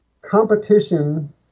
competition